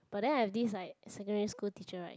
but then I have this like secondary school teacher right